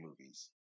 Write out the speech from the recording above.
movies